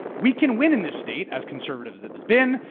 we can win in this state as conservative as it has been.